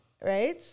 right